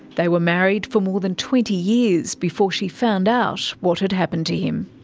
they were married for more than twenty years before she found out what had happened to him.